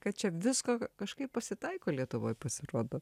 kad čia visko kažkaip pasitaiko lietuvoj pasirodo